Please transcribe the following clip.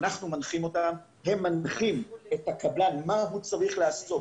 הם מנחים את הקבלן מה הוא צריך לעשות.